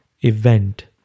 event